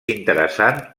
interessant